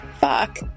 fuck